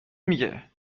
میگه